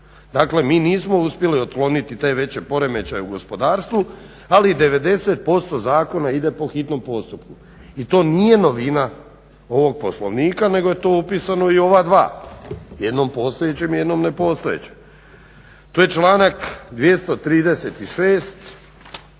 Dakle, mi nismo uspjeli otkloniti te veće poremećaje u gospodarstvu, ali 90% zakona ide po hitnom postupku. I to nije novina ovog Poslovnika, nego je to upisano i u ova dva, jednom postojećem i jednom nepostojećem. Tu je članak 236.